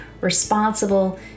responsible